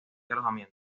alojamiento